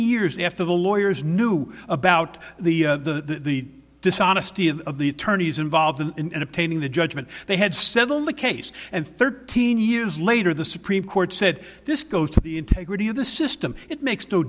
years after the lawyers knew about the the the dishonesty and of the attorneys involved in obtaining the judgment they had settled the case and thirteen years later the supreme court said this goes to the integrity of the system it makes